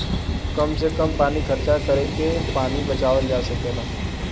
कम से कम पानी खर्चा करके पानी बचावल जा सकेला